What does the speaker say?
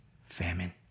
Famine